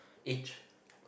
each